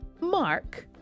Mark